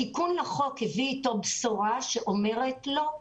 התיקון לחוק הביא איתו בשורה שאומרת: לא.